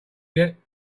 yet